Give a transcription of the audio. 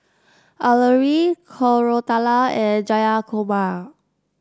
Alluri Koratala and Jayakumar